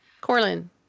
Corlin